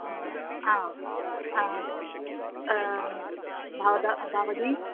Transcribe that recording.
आम् आम् भवता भवती